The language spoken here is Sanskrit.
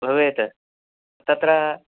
भवेत् तत्र